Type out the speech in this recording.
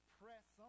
press